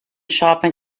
shopping